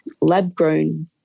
lab-grown